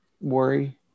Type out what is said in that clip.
worry